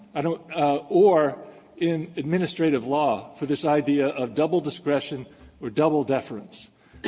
i don't or in administrative law for this idea of double discretion or double deference.